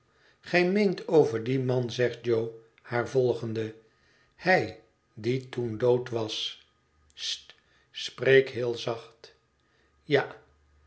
gij meent over dien man zegt jo haar volgende hij die toen dood was st spreek heel zacht ja